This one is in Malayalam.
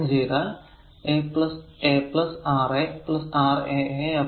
അങ്ങനെ ചെയ്താൽ a a R a R a a